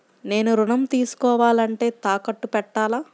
నేను ఋణం తీసుకోవాలంటే తాకట్టు పెట్టాలా?